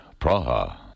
Praha